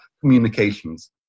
communications